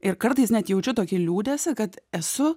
ir kartais net jaučiu tokį liūdesį kad esu